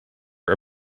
are